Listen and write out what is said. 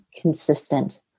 consistent